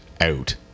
out